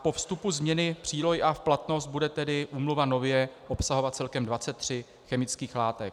Po vstupu změny přílohy A v platnost bude tedy úmluva nově obsahovat celkem 23 chemických látek.